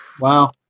Wow